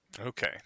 Okay